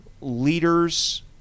leaders